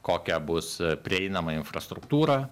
kokia bus prieinama infrastruktūra